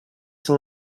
son